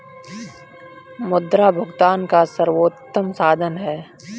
मुद्रा भुगतान का सर्वोत्तम साधन है